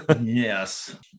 Yes